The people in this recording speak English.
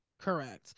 correct